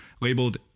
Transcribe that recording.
labeled